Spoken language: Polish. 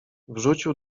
wrzucił